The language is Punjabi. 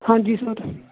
ਹਾਂਜੀ ਸਰ